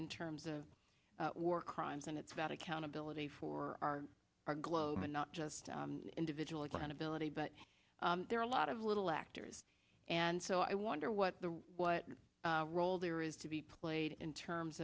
in terms of war crimes and it's about accountability for our globe and not just individual accountability but there are a lot of little actors and so i wonder what the what role there is to be played in terms